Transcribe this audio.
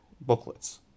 booklets